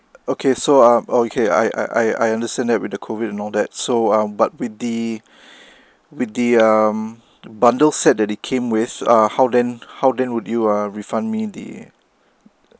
okay so um okay I I I I understand that with the COVID and all that so um but with the with the um bundle set that they came with ah how then how then would you uh refund me the